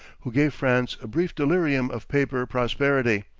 who gave france a brief delirium of paper prosperity,